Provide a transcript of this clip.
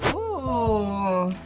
oh,